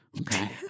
Okay